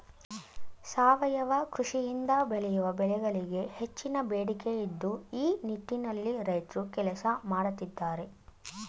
ಸಾವಯವ ಕೃಷಿಯಿಂದ ಬೆಳೆಯುವ ಬೆಳೆಗಳಿಗೆ ಹೆಚ್ಚಿನ ಬೇಡಿಕೆ ಇದ್ದು ಈ ನಿಟ್ಟಿನಲ್ಲಿ ರೈತ್ರು ಕೆಲಸ ಮಾಡತ್ತಿದ್ದಾರೆ